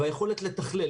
והיכולת לתכלל,